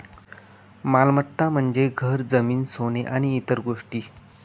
मालमत्ता म्हणजे घर, जमीन, सोने आणि इतर गोष्टी